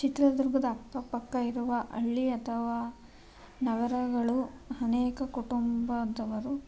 ಚಿತ್ರದುರ್ಗದ ಅಕ್ಕಪಕ್ಕ ಇರುವ ಹಳ್ಳಿ ಅಥವಾ ನಗರಗಳು ಅನೇಕ ಕುಟುಂಬದವರು